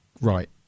right